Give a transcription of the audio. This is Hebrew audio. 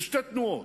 ושתי תנועות: